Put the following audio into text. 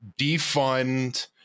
defund